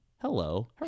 hello